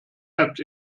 heft